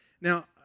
Now